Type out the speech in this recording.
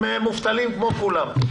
הם מובטלים כמו כולם.